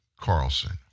Carlson